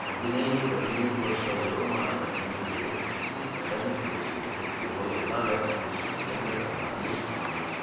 ಹದಿನೈದು ಹದಿನೇಳು ವರ್ಷ ವಯೋಮಾನದ ಜನರಿಗೆ ಸ್ಪುಟ್ನಿಕ್ ಎರಡನೇ ಡೋಸು ಕೊಡ್ತಿರುವ ಎಲ್ಲ ವ್ಯಾಕ್ಸಿನೇಷನ್ ಕೇಂದ್ರಗಳನ್ನು ಲಿಸ್ಟ್ ಮಾಡು